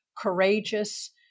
courageous